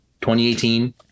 2018